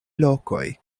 lokoj